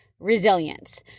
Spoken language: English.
resilience